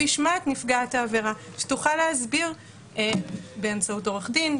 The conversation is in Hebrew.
הוא ישמע את נפגעת העבירה שתוכל להסביר באמצעות עורך דין,